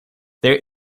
there